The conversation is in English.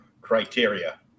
criteria